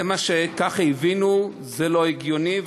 כך הבינו, וזה לא הגיוני.